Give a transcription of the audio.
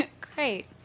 Great